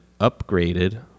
upgraded